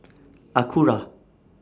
Acura